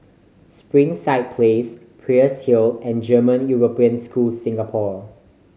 Springside Place Peirce Hill and German European School Singapore